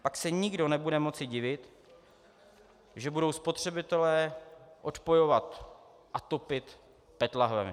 Pak se nikdo nebude moci divit, že budou spotřebitelé odpojovat a topit PET láhvemi.